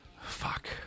Fuck